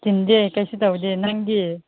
ꯆꯤꯟꯗꯦ ꯀꯔꯤꯁꯨ ꯇꯧꯗꯦ ꯅꯪꯗꯤ